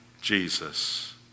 Jesus